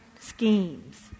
schemes